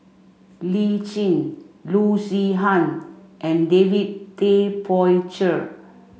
Lee Tjin Loo Zihan and David Tay Poey Cher